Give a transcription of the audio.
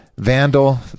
Vandal